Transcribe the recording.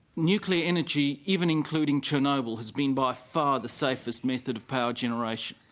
nuclear energy even including chernobyl has been by far the safest method of power generation.